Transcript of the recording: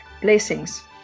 Blessings